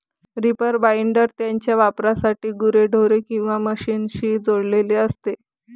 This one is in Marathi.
रीपर बाइंडर त्याच्या वापरासाठी गुरेढोरे किंवा मशीनशी जोडलेले असते